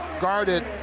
guarded